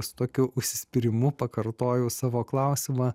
su tokiu užsispyrimu pakartoju savo klausimą